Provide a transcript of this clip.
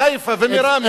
מחיפה ומרמלה,